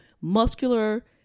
muscular